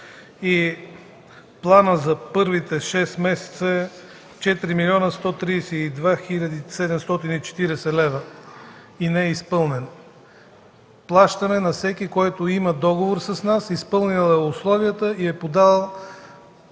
Планът за първите шест месеца е 4 млн. 132 хил. 740 лв. и не е изпълнен. Плащаме на всеки, който има договор с нас, изпълнил е условията и е подал